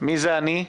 מי זה "אני"?